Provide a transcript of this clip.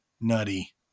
nutty